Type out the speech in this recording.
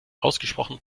ausgesprochen